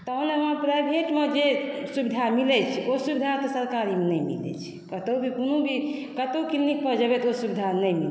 तहन ओना प्राइवेटमे जे सुविधा मिलै छै ओ सुविधा तऽ सरकारीमे नहि मिलै छै कतौ भी कोनो भी कतौ क्लीनिक पर जेबै तऽ ओ सुविधा नहि मिलतै